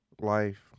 life